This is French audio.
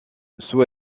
sous